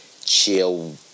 chill